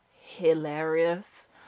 hilarious